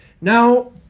now